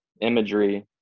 imagery